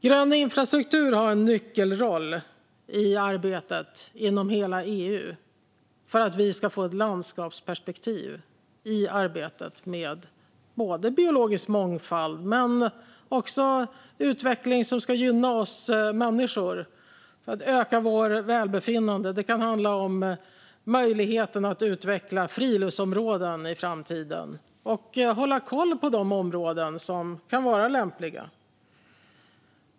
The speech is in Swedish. Grön infrastruktur har en nyckelroll i arbetet inom hela EU för att vi ska få ett landskapsperspektiv i arbetet med biologisk mångfald men också utveckling som ska gynna oss människor och öka vårt välbefinnande. Det kan handla om möjligheten att i framtiden utveckla friluftsområden och hålla koll på de områden som kan vara lämpliga.